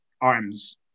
arms